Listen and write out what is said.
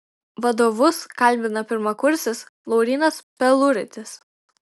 vadovus kalbina pirmakursis laurynas peluritis